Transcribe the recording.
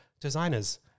designers